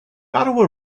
ottawa